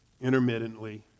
intermittently